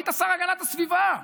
היית שר להגנת הסביבה.